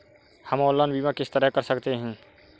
हम ऑनलाइन बीमा किस तरह कर सकते हैं?